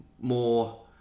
more